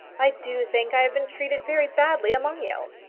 i do think i have been treated very badly among you.